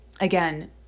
again